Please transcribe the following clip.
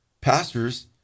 pastors